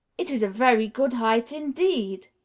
it is a very good height indeed!